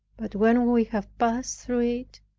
but when we have passed through it,